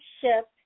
ship